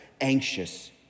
anxious